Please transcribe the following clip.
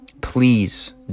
please